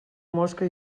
mosca